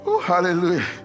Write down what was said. hallelujah